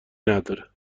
نداره